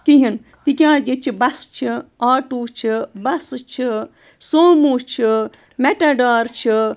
کِہیٖنۍ تِکیازِ ییٚتہِ چھِ بَسہٕ چھِ آٹوٗ چھِ بَسہٕ چھِ سوموٗ چھِ میٹَڈار چھِ